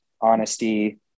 honesty